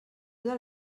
del